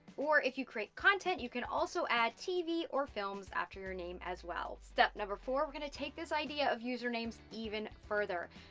or if you create content, you can also add tv or films, after your name as well. step number four, we're gonna take this idea of usernames, even further.